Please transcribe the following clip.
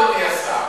אדוני השר.